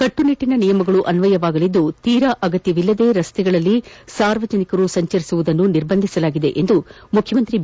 ಕಟ್ಟುನಿಟ್ಟಿನ ನಿಯಮಗಳು ಅನ್ವಯವಾಗಲಿದ್ದು ತೀರಾ ಅಗತ್ಯವಿಲ್ಲದೆ ರಸ್ತೆಗಳಲ್ಲಿ ಸಾರ್ವಜನಿಕರು ಸಂಚರಿಸುವುದನ್ನು ನಿರ್ಬಂಧಿಸಲಾಗಿದೆ ಎಂದು ಮುಖ್ಯಮಂತ್ರಿ ಬಿ